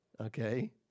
Okay